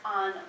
on